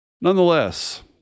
Nonetheless